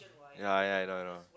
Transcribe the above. ya ya I know I know